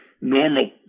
Normal